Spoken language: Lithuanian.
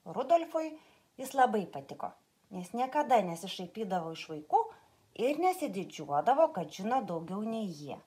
rudolfui jis labai patiko nes niekada nesišaipydavo iš vaikų ir nesididžiuodavo kad žino daugiau nei jie